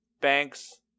Banks